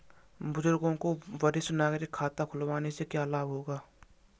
बुजुर्गों को वरिष्ठ नागरिक खाता खुलवाने से क्या लाभ होगा?